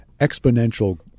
exponential